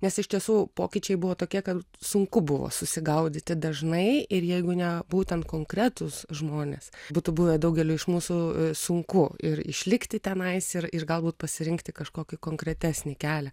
nes iš tiesų pokyčiai buvo tokie kad sunku buvo susigaudyti dažnai ir jeigu ne būtent konkretūs žmonės būtų buvę daugeliui iš mūsų sunku ir išlikti tenais ir ir galbūt pasirinkti kažkokį konkretesnį kelią